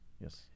Yes